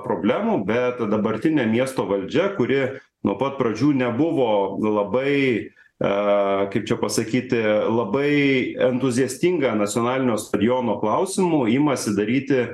problemų bet dabartinė miesto valdžia kuri nuo pat pradžių nebuvo labai a kaip čia pasakyti labai entuziastinga nacionalinio stadiono klausimu imasi daryti